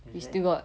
is it